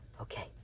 Okay